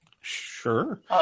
Sure